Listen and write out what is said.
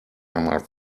einmal